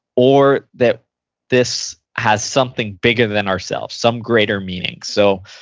or that this has something bigger than ourselves. some greater meaning. so,